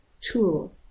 tool